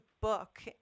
book